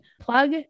plug